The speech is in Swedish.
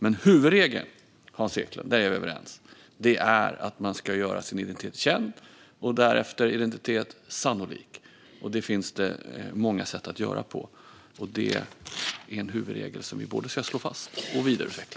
Men, Hans Eklind, vi är överens om att huvudregeln är att man ska göra sin identitet känd och därefter sannolik, och det kan man göra på många sätt. Denna huvudregel ska vi både slå fast och vidareutveckla.